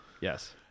Yes